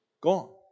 Gone